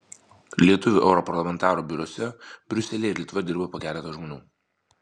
lietuvių europarlamentarų biuruose briuselyje ir lietuvoje dirba po keletą žmonių